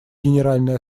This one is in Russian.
генеральной